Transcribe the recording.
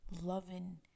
loving